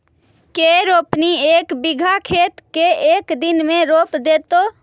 के रोपनी एक बिघा खेत के एक दिन में रोप देतै?